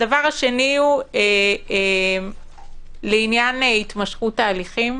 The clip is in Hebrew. הדבר השני לעניין התמשכות ההליכים.